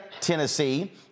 Tennessee